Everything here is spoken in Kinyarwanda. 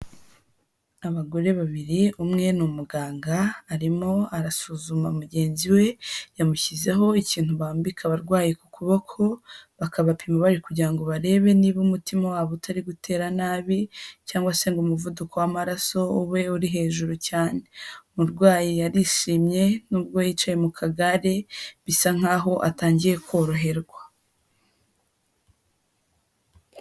Abagore babiri, umwe ni umuganga arimo arasuzuma mugenzi we, yamushyizeho ikintu bambika abarwayi ku kuboko bakabapima bari kugira ngo barebe niba umutima wabo utari gutera nabi cyangwa se ngo umuvuduko w'amaraso ube uri hejuru cyane. Umurwayi yarishimye, nubwo yicaye mu kagare bisa nkaho atangiye koroherwa.